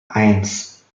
eins